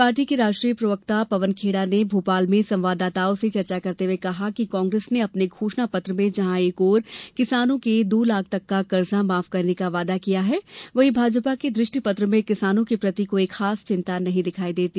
party के राष्ट्रीय प्रवक्ता पवन खेड़ा ने भोपाल में संवाददाताओं से चर्चा करते हुए कहा कि कांग्रेस ने अपने घोषणापत्र में जहां एक ओर किसानों के दो लाख तक का कर्जा माफ करने का वादा किया है वहीं भाजपा के दृष्टिपत्र में किसानों के प्रति कोई खास चिन्ता दिखाई नहीं देती